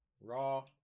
raw